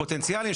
פוטנציאליים,